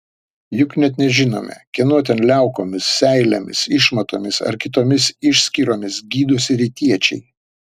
juk net nežinome kieno ten liaukomis seilėmis išmatomis ar kitomis išskyromis gydosi rytiečiai